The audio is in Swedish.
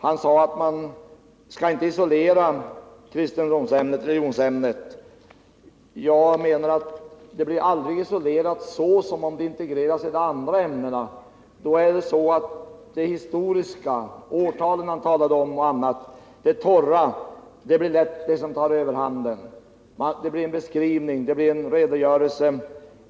Han sade att man skall inte isolera religionsämnet. Jag menar att det blir aldrig så isolerat som om det integreras i de andra ämnena. Det historiska —- årtalen han talade om och annat —, det torra, tar lätt överhanden. Det blir på det sättet bara en redogörelse.